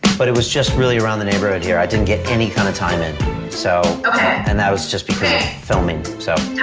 but it was just really around the neighbourhood here. i didn't get any kind of time in so and that was just because filming so